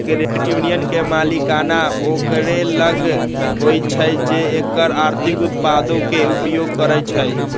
credit union के मलिकाना ओकरे लग होइ छइ जे एकर आर्थिक उत्पादों के उपयोग करइ छइ